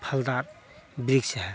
फलदार वृक्ष है